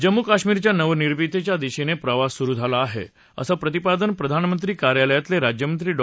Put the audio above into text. जम्मू काश्मीरच्या नवनिर्मितीच्या दिशेने प्रवास सुरू झाला आहे असं प्रतिपादन प्रधानमंत्री कार्यालयातले राज्यमंत्री डॉ